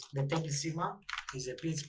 and and table schema is a